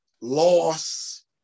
loss